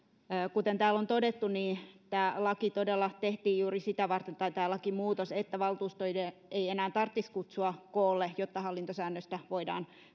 kuten täällä on todettu niin tämä lakimuutos todella tehtiin juuri sitä varten että valtuustoja ei tarvitsisi enää kutsua koolle jotta hallintosäännöstä voidaan